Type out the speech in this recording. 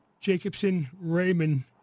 Jacobson-Raymond